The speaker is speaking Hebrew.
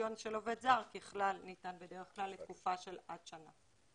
ורישיון של עובד זר ככל ניתן בדרך כלל לתקופה של עד שנה.